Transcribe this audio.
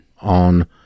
on